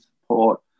support